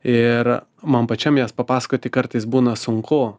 ir man pačiam jas papasakoti kartais būna sunku